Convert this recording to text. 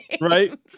right